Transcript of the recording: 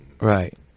Right